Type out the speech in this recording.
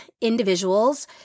individuals